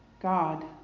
God